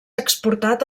exportat